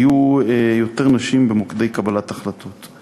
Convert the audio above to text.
היו יותר נשים במוקדי קבלת ההחלטות.